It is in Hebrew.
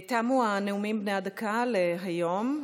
תמו הנאומים בני דקה להיום.